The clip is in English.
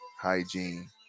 hygiene